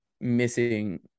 missing